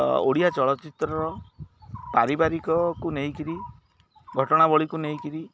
ଓଡ଼ିଆ ଚଳଚ୍ଚିତ୍ରର ପାରିବାରିକକୁ ନେଇକିରି ଘଟଣାବଳୀକୁ ନେଇକିରି